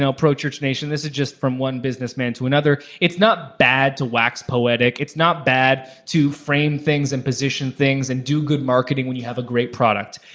pro church nation, this is just from one businessman to another, it's not bad to wax poetic, it's not bad to frame things and position things and do good marketing when you have a great product.